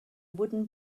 wooden